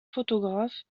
photographe